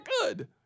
good